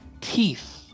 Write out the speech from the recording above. teeth